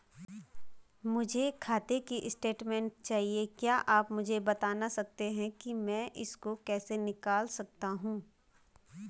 मुझे खाते की स्टेटमेंट चाहिए क्या आप मुझे बताना सकते हैं कि मैं इसको कैसे निकाल सकता हूँ?